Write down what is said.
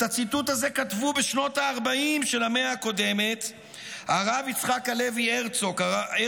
את הציטוט הזה כתבו בשנות הארבעים של המאה הקודמת הרב יצחק הלוי הרצוג,